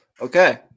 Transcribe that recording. Okay